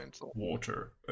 Water